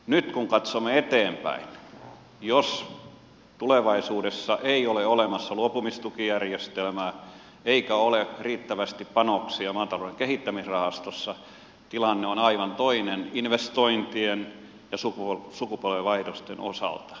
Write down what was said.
nyt kun katsomme eteenpäin jos tulevaisuudessa ei ole olemassa luopumistukijärjestelmää eikä ole riittävästi panoksia maatalouden kehittämisrahastossa tilanne on aivan toinen investointien ja sukupolvenvaihdosten osalta